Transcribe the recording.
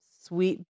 sweet